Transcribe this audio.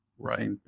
Right